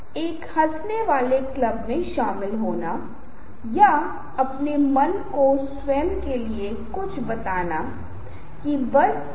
जब तक आवश्यक नहीं एनिमेशन मत बनाये या एनिमेशन का उपयोग नहीं करे जिससे चीजें बस गायब हो जाती हैं या बाहर हो जाती हैं